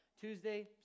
Tuesday